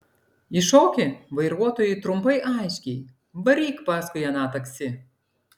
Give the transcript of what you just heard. įšoki vairuotojui trumpai aiškiai varyk paskui aną taksi